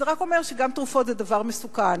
זה רק אומר שגם תרופות זה דבר מסוכן.